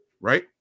right